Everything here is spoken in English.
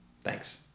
Thanks